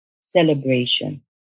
celebration